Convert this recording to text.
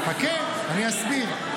חכה, אני אסביר.